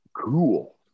cool